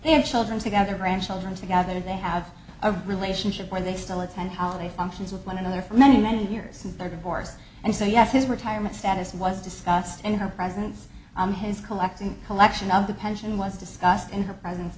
their children together grandchildren together they have a relationship where they still attend holiday functions with one another for many many years and they're divorced and so yes his retirement status was discussed and her presence on his collecting collection of the pension was discussed in her presence